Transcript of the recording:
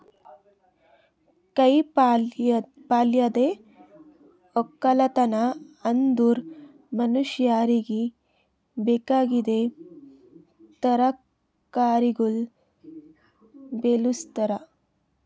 ಕಾಯಿ ಪಲ್ಯದ್ ಒಕ್ಕಲತನ ಅಂದುರ್ ಮನುಷ್ಯರಿಗಿ ಬೇಕಾಗಿದ್ ತರಕಾರಿಗೊಳ್ ಬೆಳುಸ್ತಾರ್